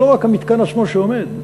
זה לא רק המתקן עצמו שעומד,